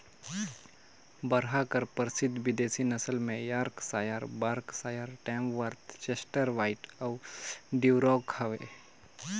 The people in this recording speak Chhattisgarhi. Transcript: बरहा कर परसिद्ध बिदेसी नसल में Yorkshire, Berkshire, Tamworth, Chester White अउ ड्यूरॉक हवे